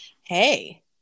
hey